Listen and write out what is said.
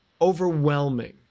overwhelming